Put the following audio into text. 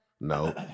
No